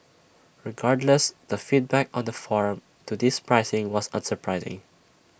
regardless the feedback on the forum to this pricing was unsurprising